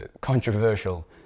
controversial